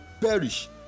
perish